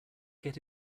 get